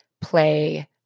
play